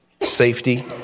Safety